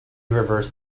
reversed